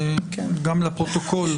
גם לפרוטוקול,